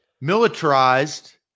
Militarized